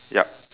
yup